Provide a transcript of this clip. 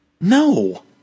No